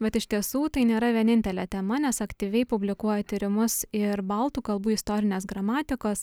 bet iš tiesų tai nėra vienintelė tema nes aktyviai publikuoja tyrimus ir baltų kalbų istorinės gramatikos